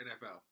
NFL